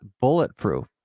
bulletproof